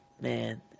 man